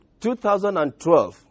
2012